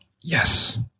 Yes